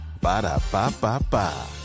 Ba-da-ba-ba-ba